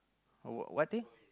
oh what thing